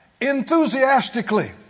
enthusiastically